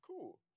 cool